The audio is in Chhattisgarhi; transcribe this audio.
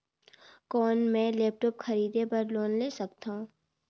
कौन मैं लेपटॉप खरीदे बर लोन ले सकथव?